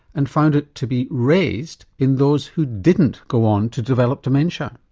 and found it to be raised in those who didn't go on to develop dementia.